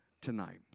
tonight